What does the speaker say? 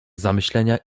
zamyślenia